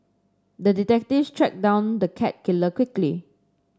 the detective tracked down the cat killer quickly